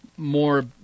more